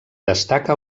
destaca